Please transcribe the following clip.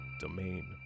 Domain